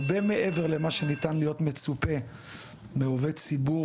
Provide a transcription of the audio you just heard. הרבה מעבר למה שניתן להיות מצופה מעובד ציבור,